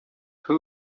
who